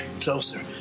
closer